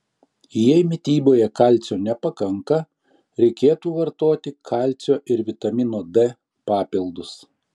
jei mityboje kalcio nepakanka reikėtų vartoti kalcio ir vitamino d papildus